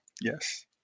yes